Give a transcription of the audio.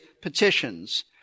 petitions